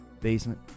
basement